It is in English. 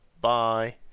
Bye